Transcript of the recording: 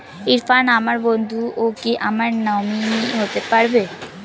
ইরফান আমার বন্ধু ও কি আমার নমিনি হতে পারবে?